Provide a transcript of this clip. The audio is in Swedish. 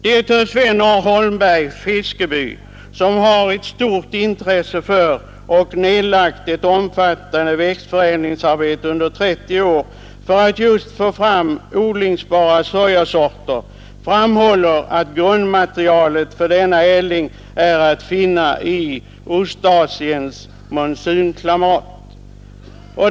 Direktör Sven A. Holmberg, Fiskeby, som har stort intresse för och Nr 53 nedlagt ett omfattande växtförädlingsarbete under 30 år för att få fram Torsdagen den just odlingsbara sojabönsorter framhåller att grundmaterialet för denna 6 april 1972 förädling är att finna i Ostasiens monsunklimat.